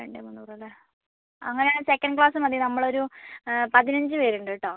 രണ്ട് മുന്നൂറ് അല്ലേ അങ്ങനെ ആണ് സെക്കൻഡ് ക്ലാസ്സ് മതി നമ്മൾ ഒരു പതിനഞ്ച് പേര് ഉണ്ട് കേട്ടോ